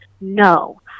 no